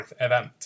event